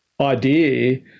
idea